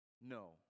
no